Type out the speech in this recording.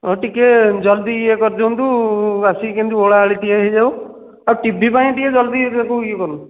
ହଁ ଟିକିଏ ଜଲ୍ଦି ଇଏ କରି ଦିଅନ୍ତୁ ଆସିକି କେମିତି ଓଳା ଓଳି ଟିକିଏ ହୋଇଯାଉ ଆଉ ଟି ଭି ପାଇଁ ଟିକିଏ ଜଲ୍ଦି ତାକୁ ଇଏ କରନ୍ତୁ